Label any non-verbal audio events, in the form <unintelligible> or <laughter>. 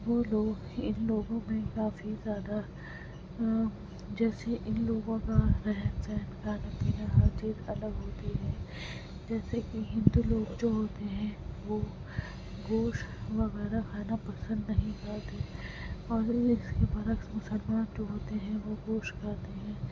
وہ لوگ ان لوگوں میں کافی زیادہ جیسے ان لوگوں کا رہن سہن کھانا پینا ہر چیز الگ ہوتی ہے جیسے کہ ہندو لوگ جو ہوتے ہیں وہ گوشت وغیرہ کھانا پسند نہیں کرتے اور <unintelligible> اس کے برعکس مسلمان جو ہوتے ہیں وہ گوشت کھاتے ہیں